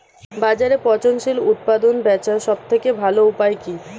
বাজারে পচনশীল উৎপাদন বেচার সবথেকে ভালো উপায় কি?